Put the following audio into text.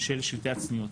של שלטי הצניעות.